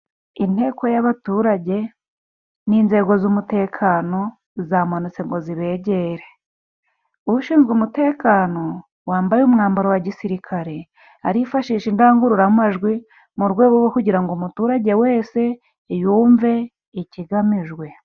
Inteko y'abaturage n'inzego z'umutekano zamanutse ngo zibegere. Ushinzwe umutekano wambaye umwambaro wa gisirikare, arifashisha indangururamajwi mu rwego rwo kugira ngo umuturage wese yumve ikigamijwe.